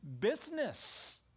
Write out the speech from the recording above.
business